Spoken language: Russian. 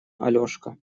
алешка